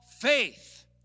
faith